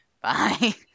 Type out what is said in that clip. Bye